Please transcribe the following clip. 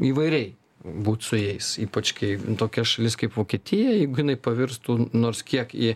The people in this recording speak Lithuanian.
įvairiai būt su jais ypač kai tokia šalis kaip vokietija jeigu jinai pavirstų nors kiek į